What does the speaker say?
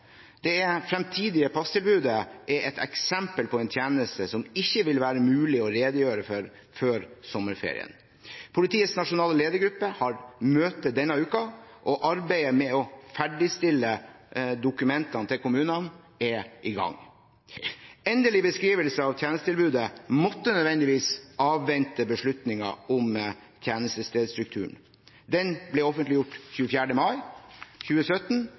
avklart. Det fremtidige passtilbudet er et eksempel på en tjeneste som det ikke vil være mulig å redegjøre for før sommerferien. Politiets nasjonale ledergruppe har møte denne uken, og arbeidet med å ferdigstille dokumentene til kommunene er i gang. Endelig beskrivelse av tjenestetilbudet måtte nødvendigvis avvente beslutningen om tjenestestedsstrukturen. Den ble offentliggjort 24. mai 2017,